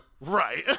Right